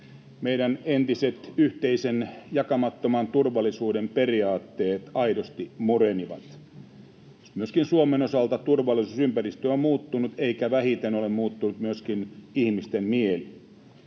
Meidän entiset yhteisen, jakamattoman turvallisuuden periaatteemme aidosti murenivat. Myöskin Suomen osalta turvallisuusympäristö on muuttunut, eikä vähiten ole muuttunut myöskin ihmisten mieli.